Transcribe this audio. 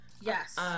Yes